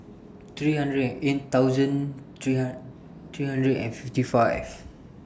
three hundred and eight thousand three hundred three hundred and fifty five